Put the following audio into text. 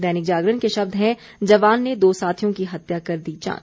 दैनिक जागरण के शब्द हैं जवान ने दो साथियों की हत्या कर दी जान